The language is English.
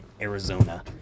arizona